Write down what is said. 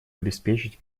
обеспечить